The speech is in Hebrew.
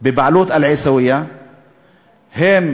בבעלות אל-עיסאוויה הן